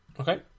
Okay